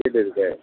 வீடு இருக்கே